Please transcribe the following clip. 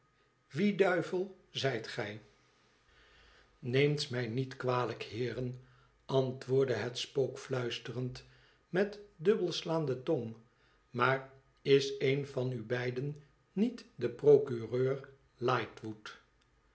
wie duivel zijt gij f neemt mij niet kwalijk heeren antwoordde het spook fluisterend met dubbelslaande tong tmaar is een van u beiden niet de procureur lightwood